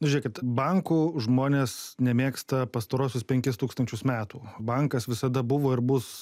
žiūrėkit bankų žmonės nemėgsta pastaruosius penkis tūkstančius metų bankas visada buvo ir bus